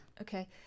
Okay